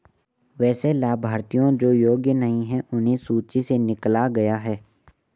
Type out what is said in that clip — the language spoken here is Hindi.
वैसे लाभार्थियों जो योग्य नहीं हैं उन्हें सूची से निकला गया है